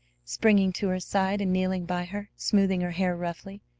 springing to her side and kneeling by her, smoothing her hair roughly.